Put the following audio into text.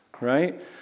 Right